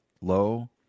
Lo